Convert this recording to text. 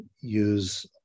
Use